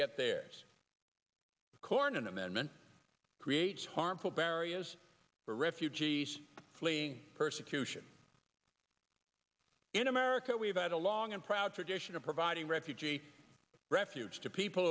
get theirs cornyn amendment creates harmful barrios for refugees fleeing persecution in america we've had a long and proud tradition of providing refugee refuge to people